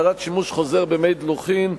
התרת שימוש חוזר במי דלוחין),